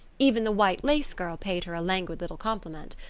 even the white-lace girl paid her a languid little compliment.